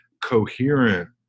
coherent